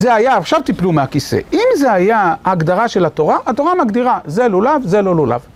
זה היה, עכשיו תיפלו מהכיסא, אם זה היה הגדרה של התורה, התורה מגדירה זה לולב, זה לא לולב.